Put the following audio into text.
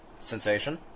sensation